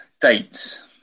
dates